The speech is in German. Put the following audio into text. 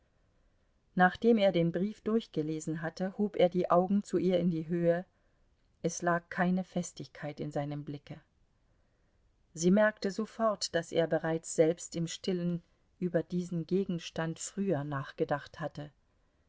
nachdem er den brief durchgelesen hatte hob er die augen zu ihr in die höhe es lag keine festigkeit in seinem blicke sie merkte sofort daß er bereits selbst im stillen über diesen gegenstand früher nachgedacht hatte